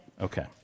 Okay